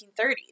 1930s